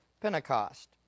Pentecost